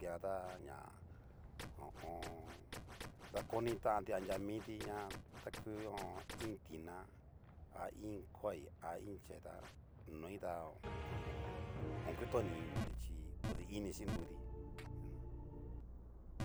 Tijanta ho o on. dakoni tanti anria miti, ña ku ho o on. iin tina a iin koai a iin chee tá noi tá ho hokutini initi hi odu ini xhinruti aja.